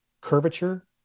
curvature